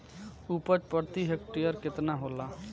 उपज प्रति हेक्टेयर केतना होला?